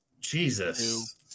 Jesus